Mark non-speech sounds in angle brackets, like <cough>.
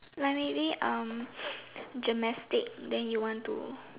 like maybe um <noise> gymnastic then you want to